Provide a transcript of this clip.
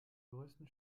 größten